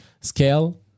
scale